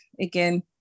again